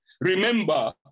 Remember